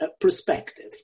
perspective